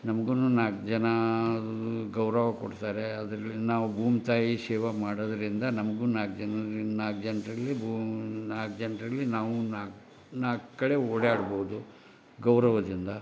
ನಮಗೂ ನಾಲ್ಕು ಜನ ಗೌರವ ಕೊಡ್ತಾರೆ ಅದರಲ್ಲಿ ನಾವು ಭೂಮಿ ತಾಯಿ ಸೇವಾ ಮಾಡೋದರಿಂದ ನಮಗೂ ನಾಲ್ಕು ಜನ್ರು ನಾಲ್ಕು ಜನರಲ್ಲಿ ಭೂ ನಾಲ್ಕು ಜನರಲ್ಲಿ ನಾವೂ ನಾಲ್ಕು ನಾಲ್ಕು ಕಡೆ ಓಡಾಡ್ಬೋದು ಗೌರವದಿಂದ